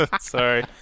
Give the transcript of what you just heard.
Sorry